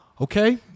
okay